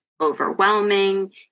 overwhelming